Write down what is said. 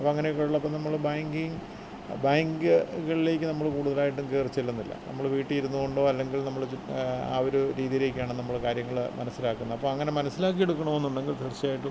അപ്പം അങ്ങനെയൊക്കെ ഉള്ളപ്പം നമ്മൾ ബാങ്കിംഗ് ബാങ്ക്കളിലേക്ക് നമ്മൾ കൂടുതലായിട്ടും കയറി ചെല്ലുന്നില്ല നമ്മൾ വീട്ടിലിരുന്ന് കൊണ്ടോ അല്ലെങ്കില് നമ്മൾ ആ ഒരു രീതിയിലേക്കാണ് നമ്മൾ കാര്യങ്ങൾ മനസിലാക്കുന്നത് അപ്പം അങ്ങനെ മനസിലാക്കിയെടുക്കണം എന്നുണ്ടെങ്കില് തീര്ച്ചയായിട്ടും